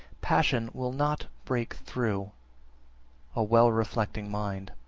passion will not break through a well-reflecting mind.